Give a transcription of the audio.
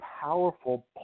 powerful